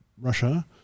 Russia